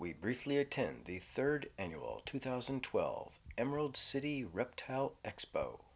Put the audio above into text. we briefly attend the third annual two thousand and twelve emerald city reptile expo